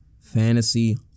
Fantasy